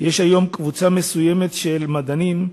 יש היום קבוצה מסוימת של מדענים,